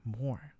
more